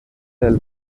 del